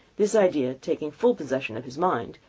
this idea taking full possession of his mind,